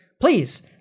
Please